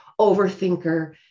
overthinker